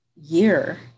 year